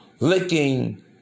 Licking